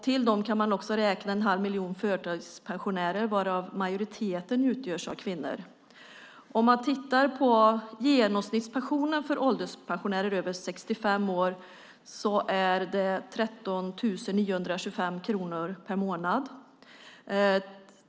Till dem kan man också räkna en halv miljon förtidspensionärer varav majoriteten utgörs av kvinnor. Genomsnittspensionen för ålderspensionärer över 65 år är 13 925 kronor per månad.